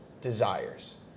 desires